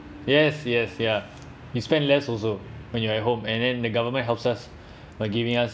yes yes ya you spend less also when you're at home and then the government helps us by giving us